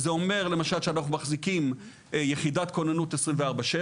זה אומר למשל שאנחנו מחזיקים יחידת כוננות 24/7,